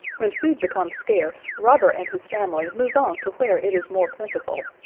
when food becomes scarce, robber and his family move on to where it is more plentiful.